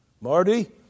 Marty